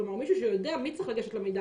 כלומר, מישהו שיודע מי צריך לגשת למידע.